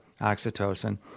oxytocin